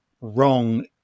wrong